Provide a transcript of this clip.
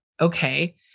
okay